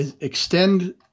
Extend